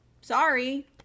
sorry